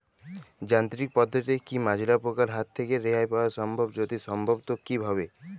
যান্ত্রিক পদ্ধতিতে কী মাজরা পোকার হাত থেকে রেহাই পাওয়া সম্ভব যদি সম্ভব তো কী ভাবে?